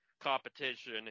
competition